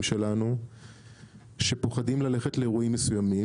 שלנו שפוחדים ללכת לאירועים מסוימים,